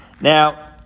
Now